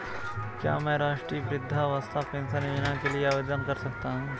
क्या मैं राष्ट्रीय वृद्धावस्था पेंशन योजना के लिए आवेदन कर सकता हूँ?